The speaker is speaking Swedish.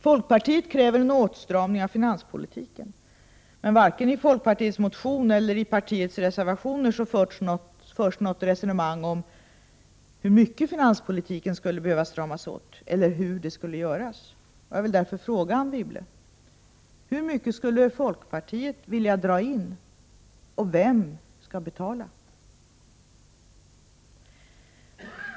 Folkpartiet kräver en åtstramning av finanspolitiken. Men varken i folkpartiets motion eller i partiets reservationer förs något resonemang om hur mycket finanspolitiken skulle behöva stramas åt eller hur detta skulle ske. Jag vill därför fråga Anne Wibble: Hur mycket skulle folkpartiet vilja dra in? Och vem skall betala?